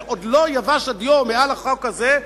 ועוד לא יבשה הדיו על החוק הזה,